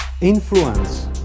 influence